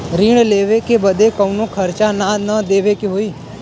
ऋण लेवे बदे कउनो खर्चा ना न देवे के होई?